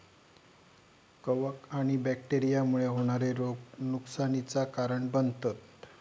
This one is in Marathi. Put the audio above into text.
कवक आणि बैक्टेरिया मुळे होणारे रोग नुकसानीचा कारण बनतत